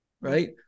right